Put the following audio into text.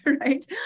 right